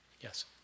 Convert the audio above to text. Yes